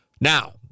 Now